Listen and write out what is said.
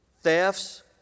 thefts